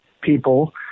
people